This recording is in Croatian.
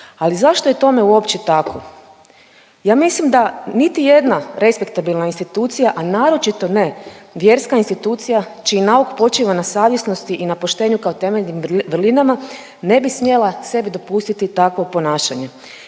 Ali zašto je tome uopće tako? Ja mislim da niti jedna respektabilna institucija, a naročito ne vjerska institucija čiji nauk počiva na savjesnosti i poštenju kao temeljnim vrlinama, ne bi smjela sebi dopustiti takvo ponašanje.